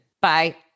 bye